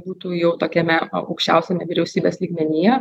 būtų jau tokiame a aukščiausiame vyriausybės lygmenyje